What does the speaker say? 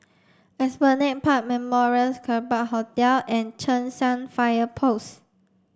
Esplanade Park Memorials Kerbau Hotel and Cheng San Fire Post